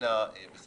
ימינה לא